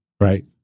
right